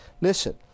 Listen